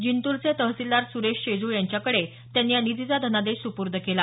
जिंतूरचे तहसीलदार सुरेश शेजुळ यांच्याकडे त्यांनी या निधीचा धनादेश सुपूर्द केला